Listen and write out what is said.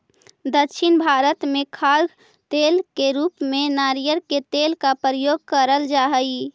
दक्षिण भारत में खाद्य तेल के रूप में नारियल के तेल का प्रयोग करल जा हई